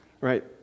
Right